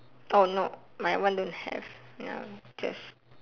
oh no my one don't have ya just